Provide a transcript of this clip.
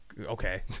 Okay